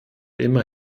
immer